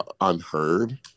unheard